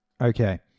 Okay